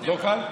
לא חל?